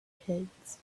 kids